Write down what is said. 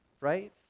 right